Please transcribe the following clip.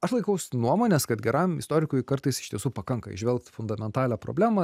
aš laikausi nuomonės kad geram istorikui kartais iš tiesų pakanka įžvelgt fundamentalią problemą